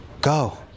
Go